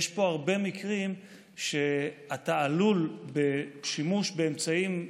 יש פה הרבה מקרים שאתה עלול בשימוש באמצעים,